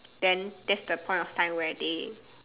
then that's the point of time where they